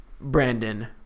Brandon